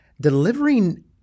delivering